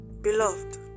Beloved